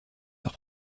leur